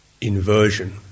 inversion